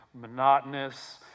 monotonous